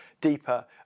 deeper